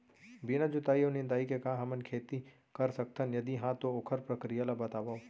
बिना जुताई अऊ निंदाई के का हमन खेती कर सकथन, यदि कहाँ तो ओखर प्रक्रिया ला बतावव?